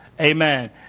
Amen